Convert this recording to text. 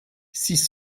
six